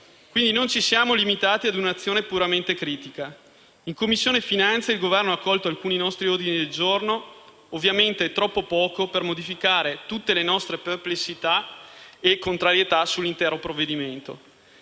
quindi, non ci siamo limitati ad un'azione puramente critica. In Commissione finanze e tesoro, il Governo ha accolto alcuni nostri ordini del giorno, ovviamente troppo poco per modificare tutte le nostre perplessità e contrarietà sull'intero provvedimento.